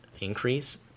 increase